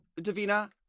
Davina